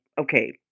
okay